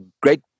great